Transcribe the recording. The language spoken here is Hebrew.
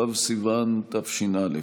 ו' בסיוון תש"א.